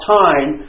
time